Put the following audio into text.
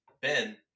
Ben